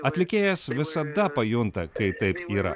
atlikėjas visada pajunta kai taip yra